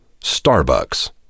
Starbucks